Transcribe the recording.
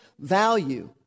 value